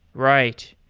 right.